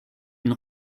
une